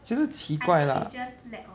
就是奇怪 lah